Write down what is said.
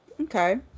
Okay